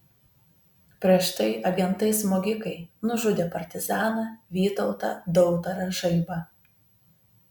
prieš tai agentai smogikai nužudė partizaną vytautą dautarą žaibą